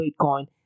Bitcoin